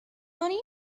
money